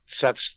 sets